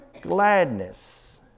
gladness